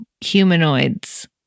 humanoids